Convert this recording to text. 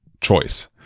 choice